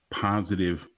positive